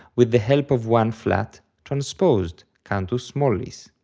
with the help of one flat, transposed, cantus mollis.